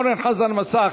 אורן חזן משך